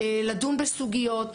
לדון בסוגיות.